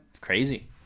Crazy